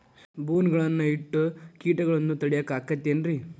ಬೋನ್ ಗಳನ್ನ ಇಟ್ಟ ಕೇಟಗಳನ್ನು ತಡಿಯಾಕ್ ಆಕ್ಕೇತೇನ್ರಿ?